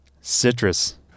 Citrus